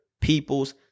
people's